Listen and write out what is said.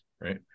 Right